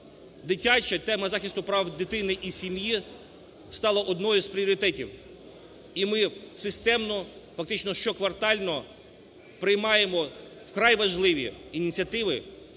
дитяча і тема захисту прав дитини і сім'ї стала одною із пріоритетів. І ми системно, фактично щоквартально приймаємо вкрай важливі ініціативи,